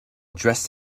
dressed